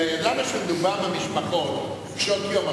אלא ידענו שמדובר במשפחות קשות-יום,